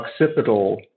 occipital